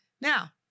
Now